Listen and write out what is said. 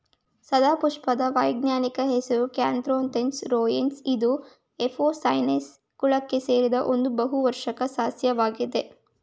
ಸದಾಪುಷ್ಪದ ವೈಜ್ಞಾನಿಕ ಹೆಸರು catharanthus roseus ಇದು ಎಪೋಸೈನೇಸಿ ಕುಲಕ್ಕೆ ಸೇರಿದ್ದು ಒಂದು ಬಹುವಾರ್ಷಿಕ ಸಸ್ಯವಾಗಿದೆ